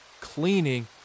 cleaning